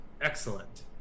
Excellent